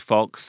Fox